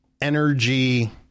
energy –